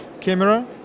camera